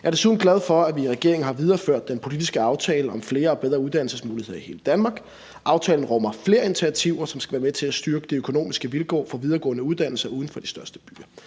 Jeg er desuden glad for, at vi i regeringen har videreført den politiske aftale om flere og bedre uddannelsesmuligheder i hele Danmark. Aftalen rummer flere initiativer, som skal være med til at styrke de økonomiske vilkår for videregående uddannelser uden for de største byer.